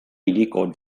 hiriko